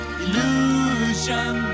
illusion